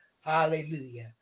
Hallelujah